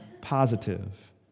positive